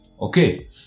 okay